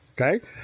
Okay